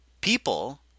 people